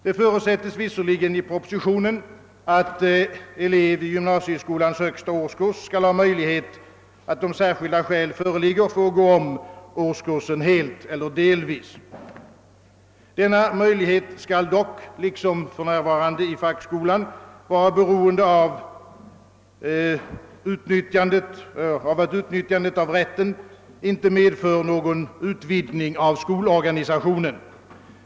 Det förutsätts visserligen i propositionen att elev i gymnasieskolans högsta årskurs skall ha möjlighet att om särskilda skäl föreligger gå om årskursen helt eller delvis. Denna möjlighet skall dock, liksom för närvarande i fackskolan, vara beroende av att utnyttjandet av rätten inte medför någon utvidgning av skolorganisationen.